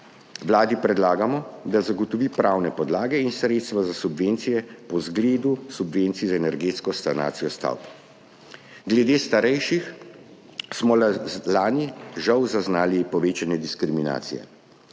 Vladi predlagamo, da zagotovi pravne podlage in sredstva za subvencije po zgledu subvencij za energetsko sanacijo stavb. Glede starejših smo lani žal zaznali povečanje diskriminacije.